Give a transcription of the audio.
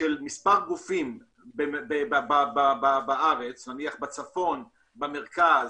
של מספר גופים בארץ נניח בצפון, במרכז,